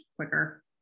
quicker